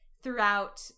Throughout